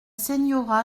señora